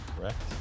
correct